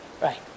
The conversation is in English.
Right